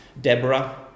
Deborah